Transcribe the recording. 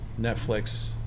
Netflix